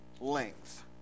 length